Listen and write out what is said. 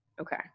Okay